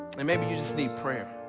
and maybe you just need prayer.